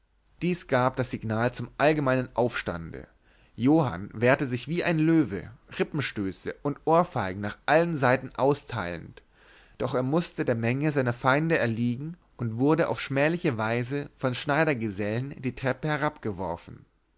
dies gab das signal zum allgemeinen aufstande johann wehrte sich wie ein löwe rippenstöße und ohrfeigen nach allen seiten austeilend doch er mußte der menge seiner feinde erliegen und wurde auf schmähliche weise von schneidergesellen die treppe